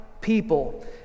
people